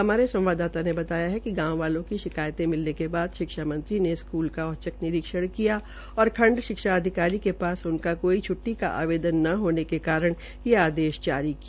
हमारे सवाददाता ने बताया कि गांव वालों की शिकायत मिलने के बाद शिक्षा मंत्री ने स्कूल का औचक निरीक्षण किया और खंड शिक्षा अधिकारी के पास उनका कोई छ्टटी का आवेदन न होने के कारण ये आदेश जारी किया